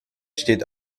steht